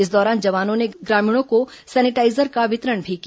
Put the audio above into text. इस दौरान जवानों ने ग्रामीणों और सैनिटाईजर का वितरण भी किया